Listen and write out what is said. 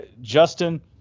Justin